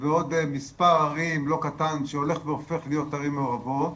ועוד מספר ערים לא קטן שהולך והופך להיות ערים מעורבות,